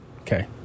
Okay